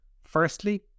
firstly